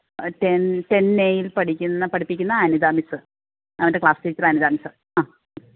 ten ten എയില് പഠിക്കുന്ന പഠിപ്പിക്കുന്ന അനിതാ മിസ്സ് അവന്റെ ക്ലാസ് ടീച്ചറ് അനിതാ മിസ്സ് ആ